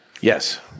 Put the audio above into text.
Yes